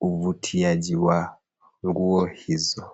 uvutiaji wa nguo hizo.